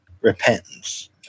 repentance